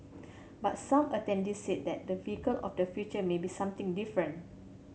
but some attendees said that the vehicle of the future may be something different